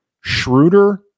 Schroeder